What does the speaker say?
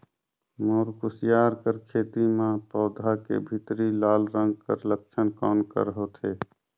मोर कुसियार कर खेती म पौधा के भीतरी लाल रंग कर लक्षण कौन कर होथे?